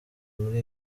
muri